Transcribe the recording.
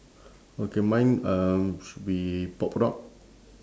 okay mine um should be pop rock